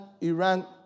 Iran